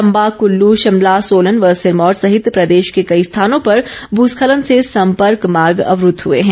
चंबा कल्ल शिमला सोलन व सिरमौर सहित प्रदेश के कई स्थानों पर भुस्खलन से सम्पर्क मार्ग अवरूद्व हुए हैं